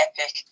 epic